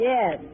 Yes